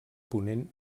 ponent